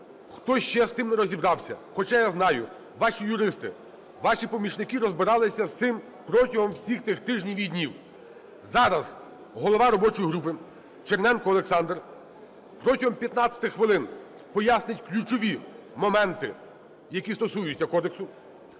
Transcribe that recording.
хто ще з тим не розібрався, хоча я знаю, ваші юристи, ваші помічники розбиралися з цим протягом всіх тих тижнів і днів. Зараз голова робочої групи Черненко Олександр протягом 15 хвилин пояснить ключові моменти, які стосуються Кодексу.